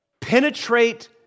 Penetrate